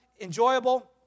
enjoyable